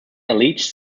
alleged